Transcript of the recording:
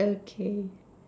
okay